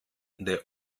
der